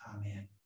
Amen